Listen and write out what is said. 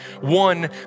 one